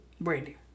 Brandy